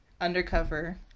Undercover